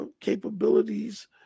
capabilities